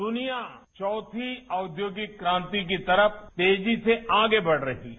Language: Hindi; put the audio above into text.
दुनिया चौथी औद्योगिक क्रांति की तरफ तेजी से आगे बढ़ रही है